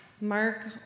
Mark